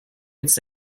its